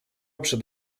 przed